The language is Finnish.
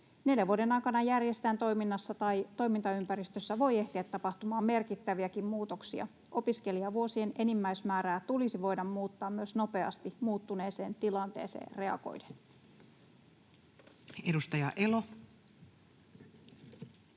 Neljän vuoden aikana järjestäjän toiminnassa tai toimintaympäristössä voi ehtiä tapahtua merkittäviäkin muutoksia. Opiskelijavuosien enimmäismäärää tulisi voida muuttaa myös nopeasti muuttuneeseen tilanteeseen reagoiden. [Speech 178]